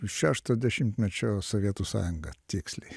šešto dešimtmečio sovietų sąjunga tiksliai